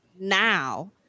now